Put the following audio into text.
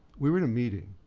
we were in a meeting,